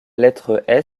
lettre